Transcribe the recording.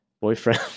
boyfriend